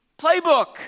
playbook